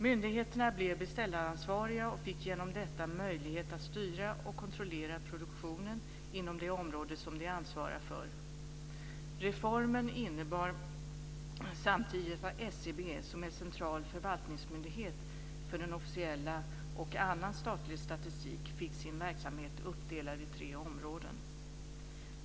Myndigheterna blev beställaransvariga och fick genom detta möjlighet att styra och kontrollera produktionen inom det område som de ansvarar för. Reformen innebar samtidigt att SCB, som är central förvaltningsmyndighet för den officiella statistiken och annan statlig statistik, fick sin verksamhet uppdelad i tre områden.